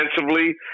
defensively